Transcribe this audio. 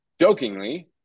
jokingly